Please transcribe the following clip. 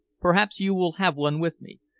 perhaps you will have one with me?